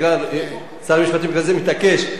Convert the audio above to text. שר המשפטים מתעקש,